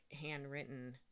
handwritten